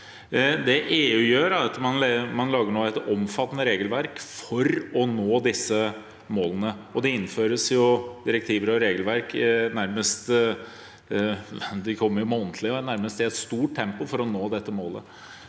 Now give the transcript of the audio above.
Det EU gjør nå, er å lage et omfattende regelverk for å nå disse målene. Det innføres direktiver og regelverk nærmest månedlig og i et stort tempo for å nå dette målet,